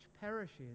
perishes